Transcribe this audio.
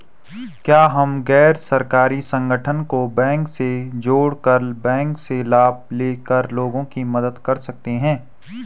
क्या हम गैर सरकारी संगठन को बैंक से जोड़ कर बैंक से लाभ ले कर लोगों की मदद कर सकते हैं?